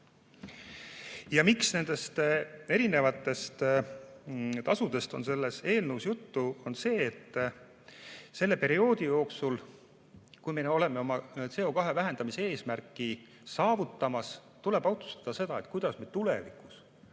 miks nendest tasudest on selles eelnõus juttu, on see, et selle perioodi jooksul, kui me oleme oma CO2vähendamise eesmärki saavutamas, tuleb otsustada, kuidas me tulevikus